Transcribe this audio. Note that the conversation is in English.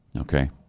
Okay